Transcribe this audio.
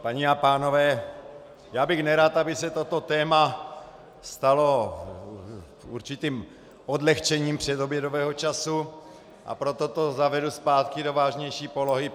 Paní a pánové, já bych nerad, aby se toto téma stalo určitým odlehčením předobědového času, a proto to zavedu zpátky do vážnější polohy.